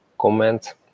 comment